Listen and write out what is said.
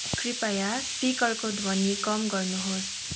कृपया स्पिकरको ध्वनि कम गर्नुहोस्